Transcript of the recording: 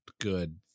good